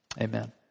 Amen